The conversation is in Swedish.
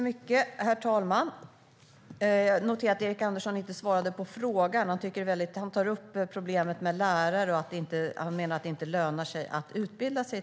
Herr talman! Jag noterade att Erik Andersson inte svarade på frågan. Han tar upp problemet med lärare och menar att det inte lönar sig att utbilda sig.